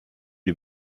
die